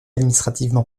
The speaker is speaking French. administrativement